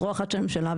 זרוע אחת של הממשלה,